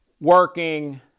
working